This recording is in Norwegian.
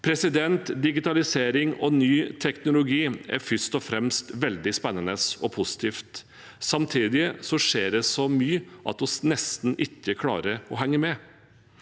møter. Digitalisering og ny teknologi er først og fremst veldig spennende og positivt. Samtidig skjer det så mye at vi nesten ikke klarer å henge med.